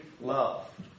love